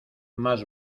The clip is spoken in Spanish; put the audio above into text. más